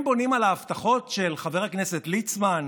הם בונים על ההבטחות של חבר הכנסת ליצמן,